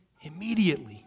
immediately